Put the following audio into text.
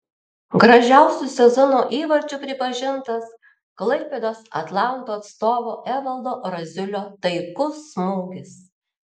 gražiausiu sezono įvarčiu pripažintas klaipėdos atlanto atstovo evaldo raziulio taiklus smūgis